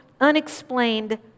Unexplained